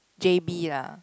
J_B lah